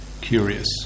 curious